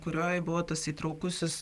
kurioj buvo tas įtraukusis